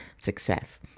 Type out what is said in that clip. success